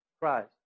Christ